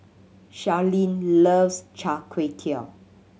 Sharyn loves Char Kway Teow